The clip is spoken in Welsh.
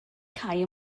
cau